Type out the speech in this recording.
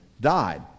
died